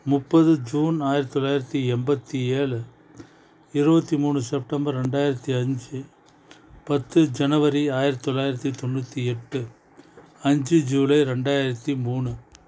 முப்பது ஜூன் ஆயிரத்து தொள்ளாயிரத்தி எண்பத்தி ஏழு இருபத்தி மூணு செப்டம்பர் ரெண்டாயிரத்து அஞ்சு பத்து ஜனவரி ஆயிரத்து தொள்ளாயிரத்தி தொண்ணூற்றி எட்டு அஞ்சு ஜூலை ரெண்டாயிரத்து மூணு